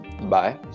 Bye